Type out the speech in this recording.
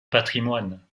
patrimoine